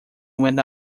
went